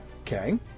Okay